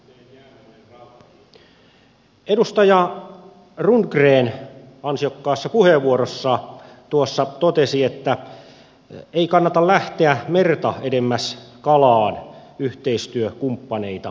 edustaja rundgren ansiokkaassa puheenvuorossaan totesi että ei kannata lähteä merta edemmäs kalaan yhteistyökumppaneita hakiessa